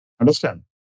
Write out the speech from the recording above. Understand